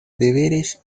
deberes